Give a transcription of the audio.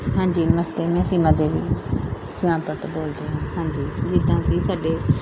ਹਾਂਜੀ ਨਮਸਤੇ ਮੈ ਸੀਮਾ ਦੇਵੀ ਸੁਜਾਨਪੁਰ ਤੋਂ ਬੋਲਦੀ ਹਾਂ ਹਾਂਜੀ ਜਿੱਦਾਂ ਕਿ ਸਾਡੇ